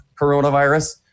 coronavirus